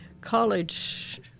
college